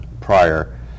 prior